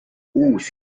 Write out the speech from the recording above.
uus